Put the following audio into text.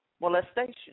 molestation